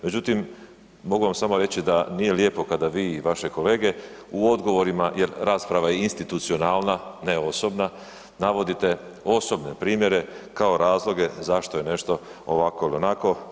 Međutim, mogu vam samo reći da nije lijepo kada vi i vaše kolege u odgovorima jer rasprava je i institucionalna, ne osobna navodite osobne primjere kao razloge zašto je nešto ovako ili onako.